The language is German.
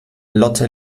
lotte